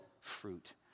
fruit